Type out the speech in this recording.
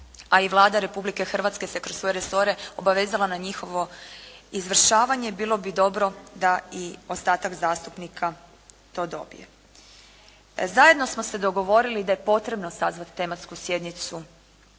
a i Vlada Republike Hrvatske kroz svoje resore obavezala na njihovo izvršavanje bilo bi dobro da i ostatak zastupnika to dobije. Zajedno smo se dogovorili da je potrebno sazvati tematsku sjednicu